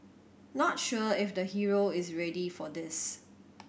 not sure if the hero is ready for this